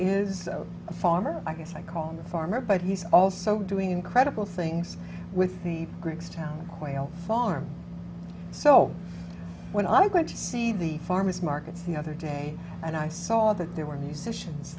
is a farmer i guess i call him the farmer but he's also doing incredible things with the greeks town quail farm so when i went to see the farmers markets the other day and i saw that there were